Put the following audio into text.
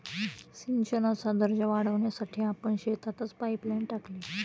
सिंचनाचा दर्जा वाढवण्यासाठी आपण शेतातच पाइपलाइन टाकली